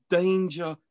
danger